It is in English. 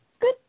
good